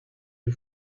you